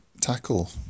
tackle